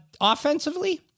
offensively